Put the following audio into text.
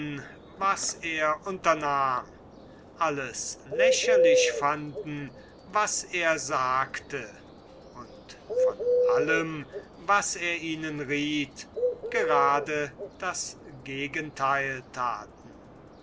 was er unternahm alles lächerlich fanden was er sagte und von allem was er ihnen riet gerade das gegenteil taten